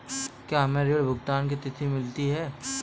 क्या हमें ऋण भुगतान की तिथि मिलती है?